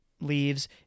leaves